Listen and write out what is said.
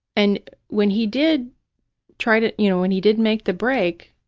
and when he did try to, you know, when he did make the break,